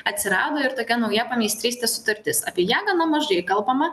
atsirado ir tokia nauja pameistrystės sutartis apie ją gana mažai kalbama